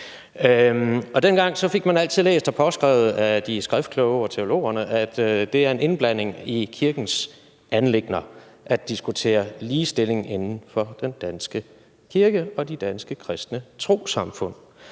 Den gang fik man altid læst og påskrevet af de skriftkloge og teologerne, at det er indblanding i kirkens anliggender at diskutere ligestilling inden for den danske folkekirke og de andre danske kristne trossamfund.